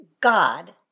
God